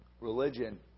religion